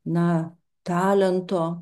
na talento